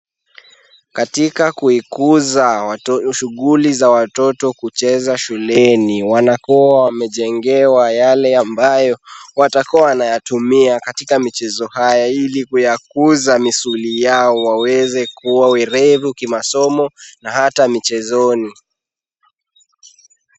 Katika kuikuza shughuli za watoto kucheza shuleni wanakuwa wamejengewa yale ambayo watakuwa wanayatumia katika michezo haya ili kuyakuza misuli yao waweze kuwa werevu kimasomo na hata michezoni.